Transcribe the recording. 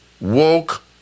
woke